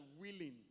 willing